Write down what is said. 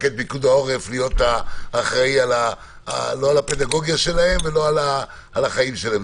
מפקד פיקוד העורף להיות אחראי לא על הפדגוגיה שלהם ולא על החיים שלהם.